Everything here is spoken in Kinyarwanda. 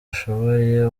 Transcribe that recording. ashoboye